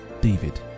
david